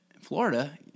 Florida